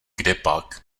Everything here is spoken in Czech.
kdepak